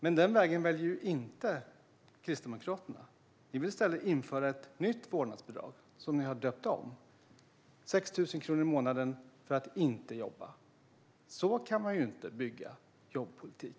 Men den vägen väljer inte Kristdemokraterna. Ni vill i stället införa ett nytt vårdnadsbidrag, som ni har döpt om: 6 000 kronor i månaden för att inte jobba. Så kan man inte bygga jobbpolitik.